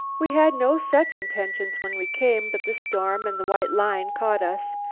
we had no such intentions when we came, but the storm and the white line caught us.